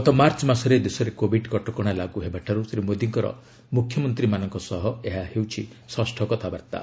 ଗତ ମାର୍ଚ୍ଚ ମାସରେ ଦେଶରେ କୋଭିଡ୍ କଟକଣା ଲାଗୁହେବାଠାରୁ ଶ୍ରୀ ମୋଦୀଙ୍କର ମୁଖ୍ୟମନ୍ତ୍ରୀମାନଙ୍କ ସହ ଏହା ହେଉଛି ଷଷ୍ଠ କଥାବାର୍ତ୍ତା